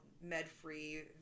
med-free